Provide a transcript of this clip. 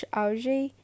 algae